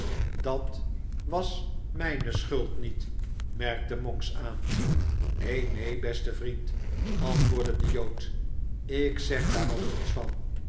dat was mijne schuld niet merkte monks aan neen neen beste vriend antwoordde de jood ik zeg daar ook niets van